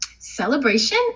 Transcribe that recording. celebration